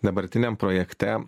dabartiniam projekte